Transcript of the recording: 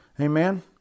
Amen